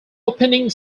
opening